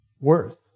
worth